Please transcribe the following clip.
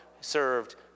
served